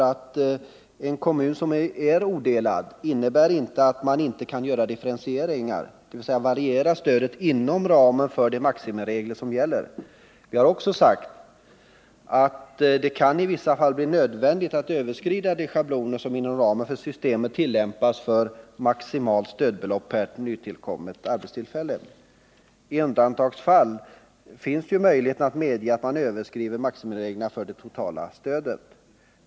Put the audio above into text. Att en kommun är odelad innebär inte att man inte kan göra differentieringar, dvs. variera stödet inom ramen för de maximiregler som gäller. Vi har också sagt att det i vissa fall kan bli nödvändigt att överskrida de schabloner som inom ramen för systemet tillämpas för maximalt stödbelopp per nytillkommet arbetstillfälle. I undantagsfall finns det ju möjlighet att medge att maximireglerna för det totala stödet överskrids.